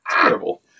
terrible